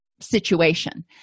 situation